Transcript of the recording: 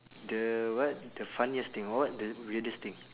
the what the funniest thing what the weirdest thing